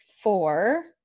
four